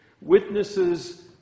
Witnesses